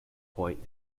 point